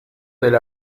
del